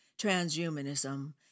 Transhumanism